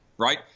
Right